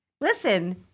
listen